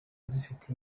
zifite